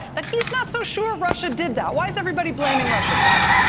that he's not so sure russia did that why is everybody blaming russia for that?